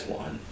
one